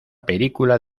película